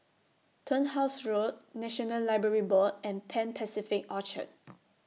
Turnhouse Road National Library Board and Pan Pacific Orchard